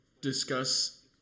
discuss